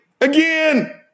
Again